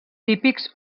típics